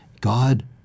god